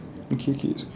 okay K